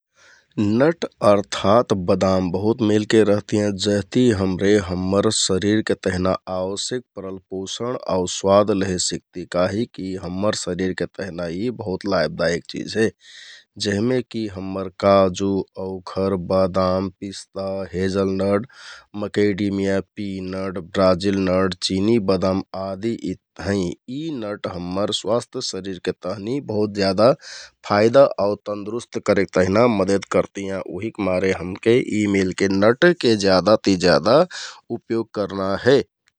नट अर्थात बदाम बहुत मेलके रहतियाँ जेहति हमरे हम्मर शरिरके तहना आवश्यक परल पोषण आउर स्वाद लेहे सिकति । काहिक यि हम्मर शरिरके तेहना यि बहुत लाभदायिक चिझ हे । जेहमे कि हम्मर काजु, औखर, बादाम, पिस्ता, hazelnut, macadamia, peanut, Brazil nut, चिनि, बादाम आदि हैं । यि नड हम्मर स्वास्थ शरिरके तहनि बहुत ज्यादा फाइदा आउ तन्दुरुस्त करेक तेहना मदत करतियाँ । उहिकमारे हमके यि मेलके नट ज्यादा ति ज्यादा उपयोग करना हे ।